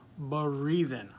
breathing